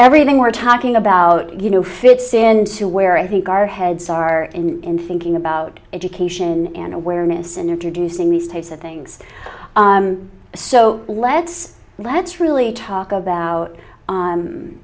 everything we're talking about you know fits into where i think our heads are in thinking about education and awareness and introducing these types of things so let's let's really talk about